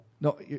No